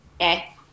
Okay